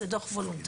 זה דוח וולונטרי.